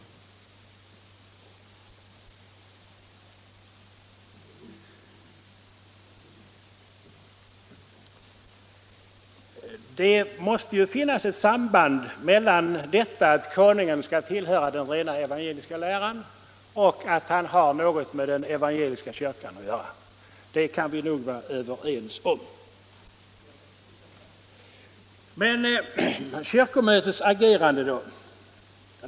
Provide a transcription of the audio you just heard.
Det måste finnas ett samband mellan detta att konungen skall tillhöra den rena evangeliska läran och att han har något med den evangeliska kyrkan att göra. Det kan vi nog vara överens om. Sedan kommer jag till kyrkomötets agerande.